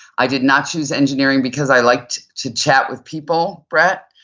i did not choose engineering because i like to chat with people, brett.